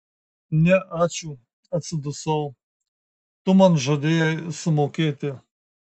ne ačiū atsidusau tu man žadėjai sumokėti